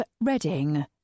Reading